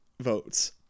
votes